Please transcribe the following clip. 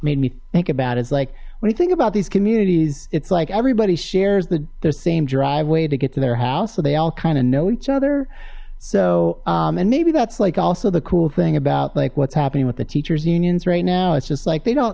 made me think about is like when you think about these communities it's like everybody shares the same driveway to get to their house so they all kind of know each other so and maybe that's like also the cool thing about like what's happening with the teachers unions right now it's just like they don't